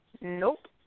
Nope